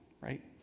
right